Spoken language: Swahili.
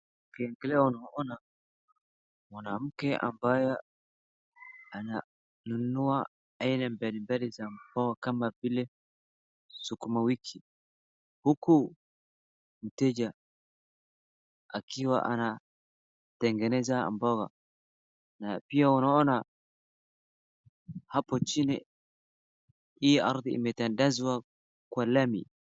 Mwanamke ambaye ananua aina mbalimbali ya mboga kama vile sukuma wiki huku mteja akiwa anatengeneza mboga na pia unaona hapo chini hii ardhi imetandazwa kwa lami.